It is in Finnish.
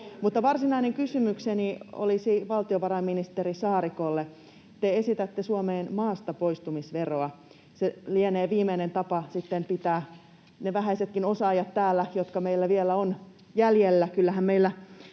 Varsinainen kysymykseni olisi valtiovarainministeri Saarikolle: Te esitätte Suomeen maastapoistumisveroa. Se lienee viimeinen tapa sitten pitää täällä ne vähäisetkin osaajat, jotka meillä vielä on jäljellä.